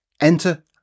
Enter